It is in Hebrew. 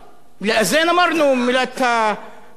המלה הקדושה, איזון.